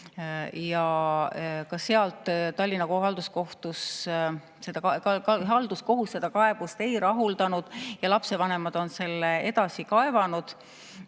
üheksas klass. Tallinna Halduskohus seda kaebust ei rahuldanud ja lapsevanemad on selle edasi kaevanud.